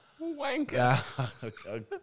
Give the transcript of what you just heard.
Wanker